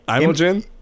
imogen